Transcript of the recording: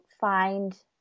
find